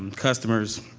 customers